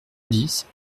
dix